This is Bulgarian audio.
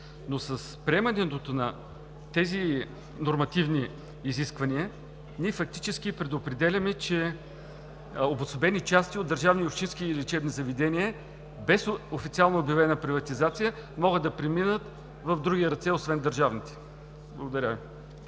Но с приемането на тези нормативни изисквания ние фактически предопределяме, че обособени части от държавни и общински лечебни заведения без официално обявена приватизация могат да преминат в други ръце, освен държавните. Благодаря Ви.